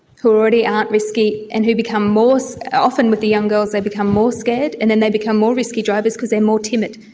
who already aren't risky and who become more, so often with the young girls they become more scared and then they become more risky drivers because they are more timid,